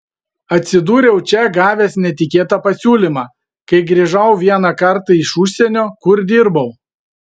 atsidūriau čia gavęs netikėtą pasiūlymą kai grįžau vieną kartą iš užsienio kur dirbau